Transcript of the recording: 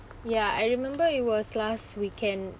ya I remember it was last weekend